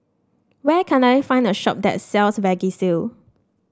where can I find a shop that sells Vagisil